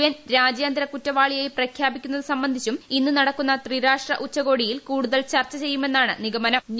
N രാജ്യാന്തര കൂറ്റവാളിയായിട്ട പ്രഖ്യാപിക്കുന്നത് സംബന്ധിച്ച് ഇന്ന് നടക്കുന്ന ത്രിരാഷ്ട്ര ഉച്ചകോടിയിൽ കൂടുതൽ ചർച്ച ചെയ്യപ്പെടുമെന്നാണ് കരുതുന്നത്